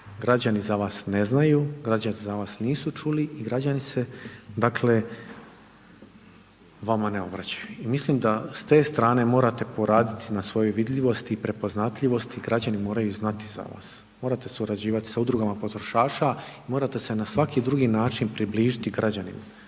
građani za vas ne znaju, građani za vas nisu čuli i građani se, dakle, vama ne obraćaju. I mislim da s te strane morate poraditi na svojoj vidljivosti, prepoznatljivosti i građani moraju znati za vas. Morate surađivati s udrugama potrošača i morate se na svaki drugi način približiti građanima,